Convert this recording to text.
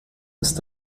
ist